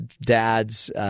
dads